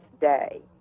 day